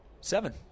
Seven